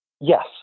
Yes